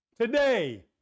today